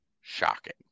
shocking